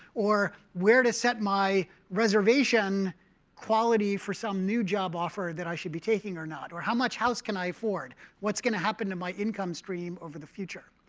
or where to set my reservation quality for some new job offer that i should be taking or not, or how much house can i afford? what's going to happen to my income stream over the future?